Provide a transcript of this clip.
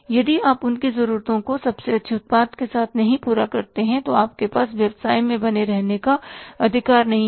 यदि आप उनकी ज़रूरतों को सबसे अच्छे उत्पाद के साथ नहीं पूरा करते हैं तो आपके पास व्यवसाय में रहने का अधिकार नहीं है